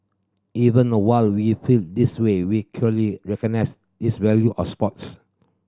even while we feel this way we clearly recognise this value of sports